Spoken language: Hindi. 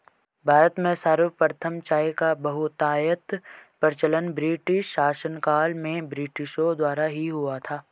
भारत में सर्वप्रथम चाय का बहुतायत प्रचलन ब्रिटिश शासनकाल में ब्रिटिशों द्वारा ही हुआ था